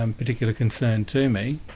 um particular concern to me,